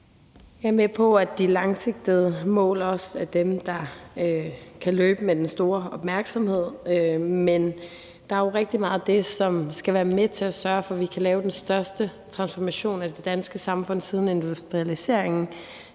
Jeg er med på, at de langsigtede mål også er dem, der kan løbe med den store opmærksomhed. Men der er rigtig meget af det, som skal være med til at sørge for, at vi kan lave den største transformation af det danske samfund siden industrialiseringen,